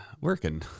working